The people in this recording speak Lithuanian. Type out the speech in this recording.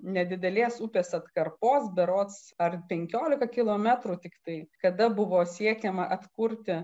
nedidelės upės atkarpos berods ar penkiolika kilometrų tiktai kada buvo siekiama atkurti